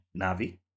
Navi